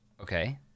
Okay